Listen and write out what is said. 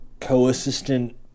co-assistant